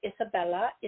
Isabella